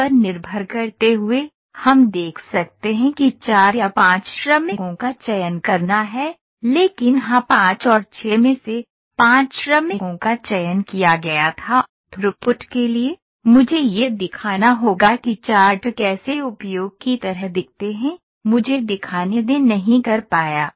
इन पर निर्भर करते हुए हम देख सकते हैं कि चार या पाँच श्रमिकों का चयन करना है लेकिन हाँ 5 और 6 में से 5 श्रमिकों का चयन किया गया था थ्रूपुट के लिए मुझे यह दिखाना होगा कि चार्ट कैसे उपयोग की तरह दिखते हैं मुझे दिखाने दें नहीं कर पाया